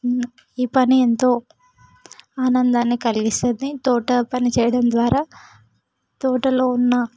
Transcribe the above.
ఈ పని ఎంతో ఆనందాన్ని కలిగిస్తుంది తోట పని చేయడం ద్వారా తోటలో ఉన్న